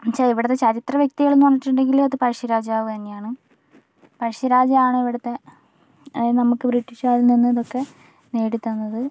എന്നു വച്ചാൽ ഇവിടുത്തെ ചരിത്ര വ്യക്തികളെന്നു പറഞ്ഞിട്ടുണ്ടെങ്കിൽ അത് പഴശ്ശിരാജാവ് തന്നെയാണ് പഴശ്ശിരാജ ആണ് ഇവിടുത്തെ അതായതു നമുക്ക് ബ്രിട്ടീഷ്കാരിൽ നിന്ന് ഇതൊക്കെ നേടിത്തന്നത്